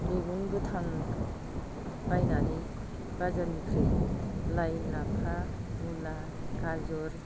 मैगं गोथां बायनानै बाजारनिफ्राय लाइ लाफा मुला गाजर